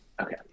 okay